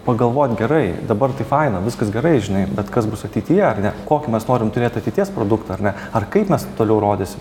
pagalvot gerai dabar tai faina viskas gerai žinai bet kas bus ateityje ar ne kokį mes norim turėt ateities produktą ar ne ar kaip mes toliau rodysim